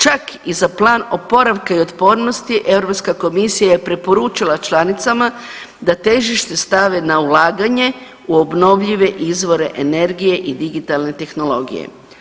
Čak i za Plan oporavka i otpornosti EU komisija je preporučila članicama da težište stave na ulaganje u obnovljive izvore energije i digitalne tehnologije.